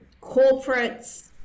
corporates